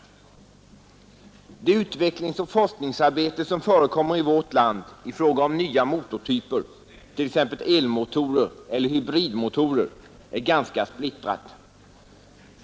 Nr 79 Det utvecklingsoch forskningsarbete som förekommer i vårt land i Tisdagen den fråga om nya motortyper, t.ex. elmotorer eller hybridmotorer, är ganska — 16 maj 1972 splittrat.